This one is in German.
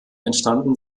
entstanden